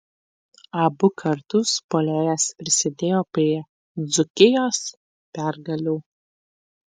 abu kartus puolėjas prisidėjo prie dzūkijos pergalių